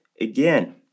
again